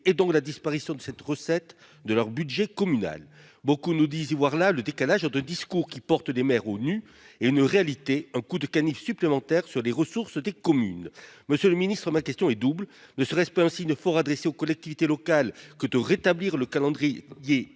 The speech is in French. et donc la disparition de cette recette de leur budget communal. Beaucoup nous disent y voir là le décalage entre un discours qui porte les maires aux nues et une réalité : un coup de canif supplémentaire sur les ressources des collectivités. Monsieur le ministre, ma question est double : ne serait-ce pas un signe fort adressé aux collectivités locales que de rétablir le calendrier